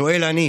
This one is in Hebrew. שואל אני: